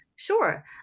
Sure